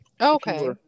okay